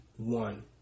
One